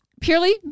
purely